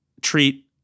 treat